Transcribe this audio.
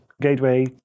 Gateway